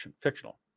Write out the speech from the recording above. fictional